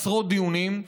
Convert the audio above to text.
עשרות דיונים,